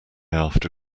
after